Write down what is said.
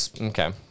Okay